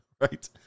Right